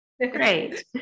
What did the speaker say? Great